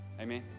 Amen